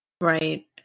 Right